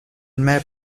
met